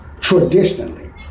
traditionally